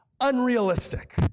Unrealistic